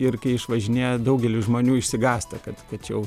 ir kai išvažinėja daugelis žmonių išsigąsta kad tačiau